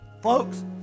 Folks